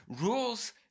Rules